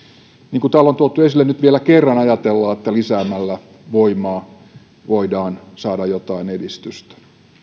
niin kuin täällä on tuotu esille nyt vielä kerran ajatellaan että lisäämällä voimaa voidaan saada jotain edistystä